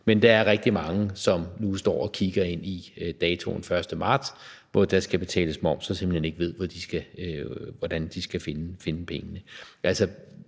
Men der er rigtig mange, som nu står og kigger ind i datoen den 1. marts, hvor der skal betales moms, og som simpelt hen ikke ved, hvordan de skal finde pengene. Hvad